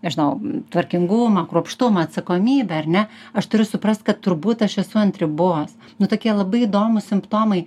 nežinau tvarkingumą kruopštumą atsakomybę ar ne aš turiu suprast kad turbūt aš esu ant ribos nu tokie labai įdomūs simptomai